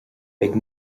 beidh